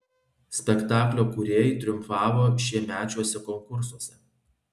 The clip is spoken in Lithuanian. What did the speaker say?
spektaklio kūrėjai triumfavo šiemečiuose konkursuose